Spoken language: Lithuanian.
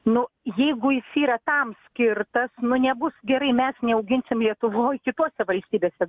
nu jeigu jis yra tam skirtas nu nebus gerai mes neauginsim lietuvoj kitose valstybėse